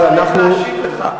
אבל אנחנו, להשיב לך.